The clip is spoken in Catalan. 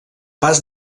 pas